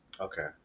Okay